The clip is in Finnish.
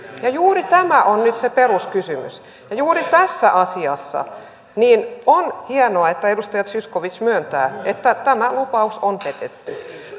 juuri tämä on nyt se peruskysymys ja juuri tässä asiassa on hienoa että edustaja zyskowicz myöntää että tämä lupaus on petetty